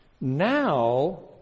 Now